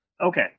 okay